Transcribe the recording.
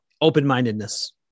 Open-mindedness